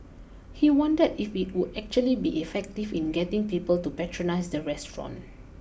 he wondered if it would actually be effective in getting people to patronise the restaurant